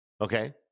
Okay